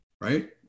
Right